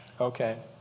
Okay